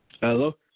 Hello